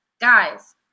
Guys